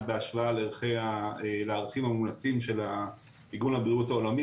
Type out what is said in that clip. בהשוואה לערכים המומלצים של ארגון הבריאות העולמי,